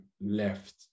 left